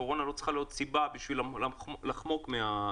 הקורונה לא צריכה להיות סיבה לחמוק מהרפורמה.